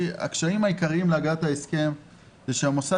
הקשיים העיקריים להגעת ההסכם זה שהמוסד